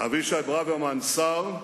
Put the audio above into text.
אבישי ברוורמן, שר,